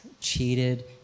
cheated